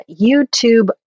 YouTube